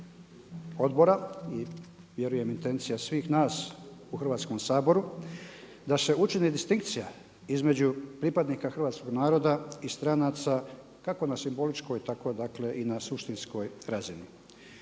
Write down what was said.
odbora i vjerujem i intencija svih nas u Hrvatskom saboru da se učini distinkcija između pripadnika hrvatskoga naroda i stranaca kao na simboličkoj, tako dakle i na suštinskoj razini.